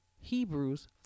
Hebrews